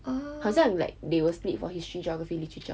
好像 will be like they will split for history geography literature ah right